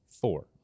four